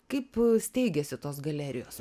kaip steigiasi tos galerijos